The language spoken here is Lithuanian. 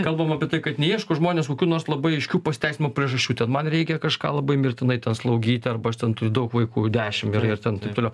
kalbam apie tai kad neieško žmonės kokių nors labai aiškių pasiteisinimo priežasčių ten man reikia kažką labai mirtinai ten slaugyti arba aš ten turiu daug vaikų dešimt ir ir ten taip toliau